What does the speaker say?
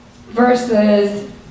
versus